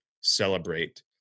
celebrate